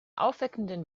aufweckenden